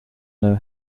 know